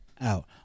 out